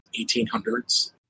1800s